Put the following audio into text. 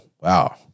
wow